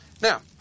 Now